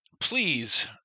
Please